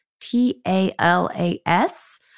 T-A-L-A-S